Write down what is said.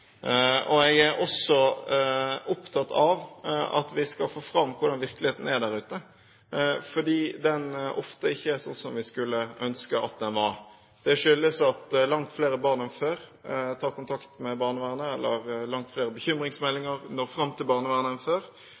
Jeg er også opptatt av at vi skal få fram hvordan virkeligheten er der ute, for den er ofte ikke sånn som vi skulle ønske den var. Det skyldes at langt flere barn enn før tar kontakt med barnevernet, eller at langt flere bekymringsmeldinger når fram til barnevernet enn før.